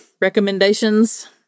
recommendations